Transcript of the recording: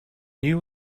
new